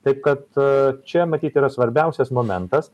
taip kad a čia matyt yra svarbiausias momentas